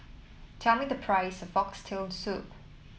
tell me the price of Oxtail Soup